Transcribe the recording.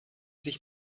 sich